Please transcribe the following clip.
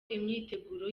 imyiteguro